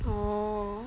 oh